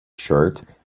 shirt